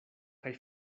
kaj